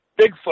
Bigfoot